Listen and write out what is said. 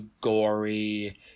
gory